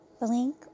blink